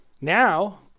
Now